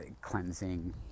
cleansing